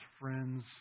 friends